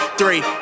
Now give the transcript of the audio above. three